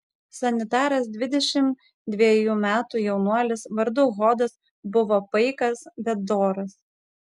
sanitaras dvidešimt dvejų metų jaunuolis vardu hodas buvo paikas bet doras